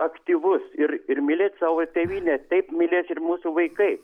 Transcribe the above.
aktyvus ir ir mylėti savo tėvynę taip mylės ir mūsų vaikai